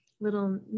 little